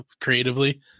creatively